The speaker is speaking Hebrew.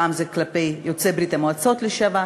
פעם זה כלפי יוצאי ברית-המועצות לשעבר,